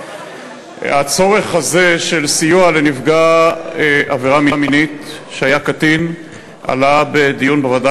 הצורך הזה של סיוע לנפגע עבירה מינית שהיה קטין עלה בדיון בוועדה